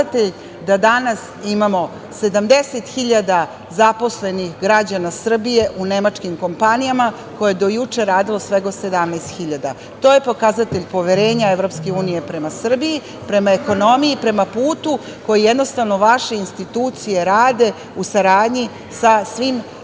da danas imamo 70.000 zaposlenih građana Srbije u nemačkim kompanijama, u kojima je do juče radilo svega 17.000. To je pokazatelj poverenja EU prema Srbiji, prema ekonomiji, prema putu koji jednostavno vaše institucije rade u saradnji sa